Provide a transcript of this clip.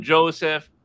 Joseph